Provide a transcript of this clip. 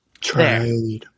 Trade